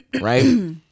Right